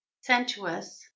sensuous